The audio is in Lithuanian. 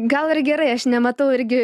gal ir gerai aš nematau irgi